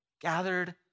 gathered